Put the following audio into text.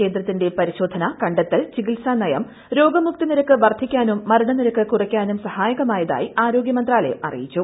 കേന്ദ്രത്തിന്റെ പരിശോധന കണ്ടെത്തൽ ചികിത്സ നയം രോഗമുക്തി നിരക്ക് വർദ്ധിക്കാനും മരണ നിരക്ക് കുറയ്ക്കാനും സഹായകമായതായി ആരോഗ്യ മന്ത്രാലയം അറിയിച്ചു